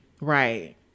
Right